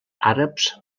àrabs